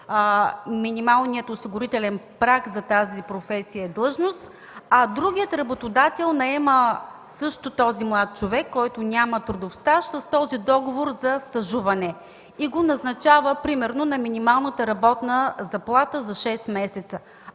минималния осигурителен праг за тази професия и длъжност, а другият работодател наема също този млад човек, който няма трудов стаж, с този договор за стажуване и го назначава, примерно, на минималната работна заплата за шест месеца.